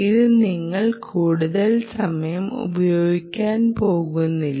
ഇത് നിങ്ങൾ കൂടുതൽ സമയം ഉപയോഗിക്കാൻ പോകുന്നില്ല